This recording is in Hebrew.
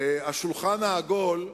השולחן העגול,